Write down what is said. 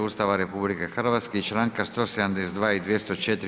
Ustava RH i članka 172. i 204.